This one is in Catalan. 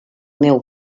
meu